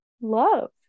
Love